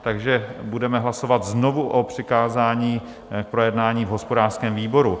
Takže budeme hlasovat znovu o přikázání k projednání v hospodářském výboru.